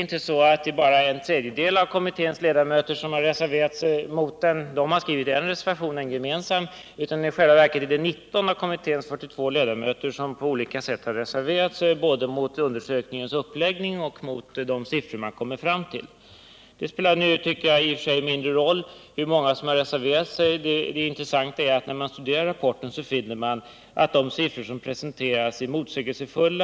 Det är inte bara en tredjedel av kommitténs ledamöter som har reserverat sig mot den — det är då de ledamöter som står bakom en gemensam reservation som avses — utan i själva verket har 19 av dess 42 ledamöter reserverat sig på olika sätt både mot undersökningens uppläggning och mot de siffror man kommit fram till. Jag tycker nu i och för sig att det spelar mindre roll hur många som reserverat sig. Det intressanta är att man när man studerar rapporten finner, att de siffror som presenteras är motsägelsefulla.